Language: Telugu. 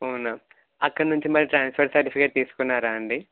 అవునా అక్కడి నుంచి మరి ట్రాన్స్ఫర్ సర్టిఫికేట్ తీసుకున్నారా అండి